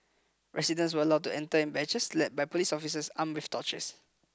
residents were allowed to enter in batches led by police officers armed with torches